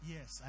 Yes